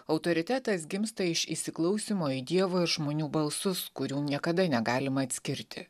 autoritetas gimsta iš įsiklausymo į dievo ir žmonių balsus kurių niekada negalima atskirti